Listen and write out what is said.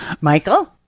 Michael